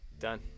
Done